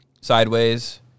Sideways